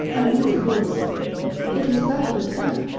i knew the voice it was that of atene!